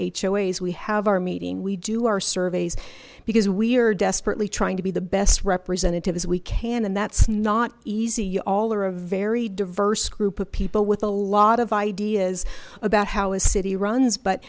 choice we have our meeting we do our surveys because we're desperately trying to be the best representatives we can and that's not easy y'all are a very diverse group of people with a lot of ideas about how a city runs but